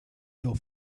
your